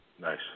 Nice